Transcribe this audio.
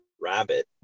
rabbit